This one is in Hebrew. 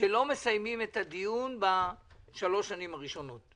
שלא מסיימים את הדיון בשלוש השנים הראשונות.